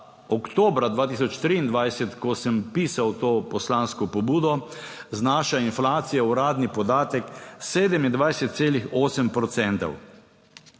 oktobra 2023, ko sem pisal to poslansko pobudo, znaša inflacija uradni podatek 27,8